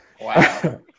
Wow